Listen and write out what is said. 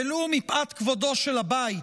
ולו מפאת כבודו של הבית,